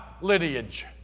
lineage